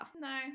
No